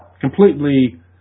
completely